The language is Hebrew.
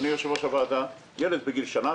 בגיל שנה,